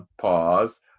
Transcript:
pause